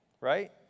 Right